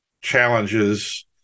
challenges